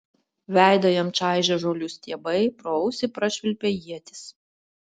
veidą jam čaižė žolių stiebai pro ausį prašvilpė ietis